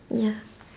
ya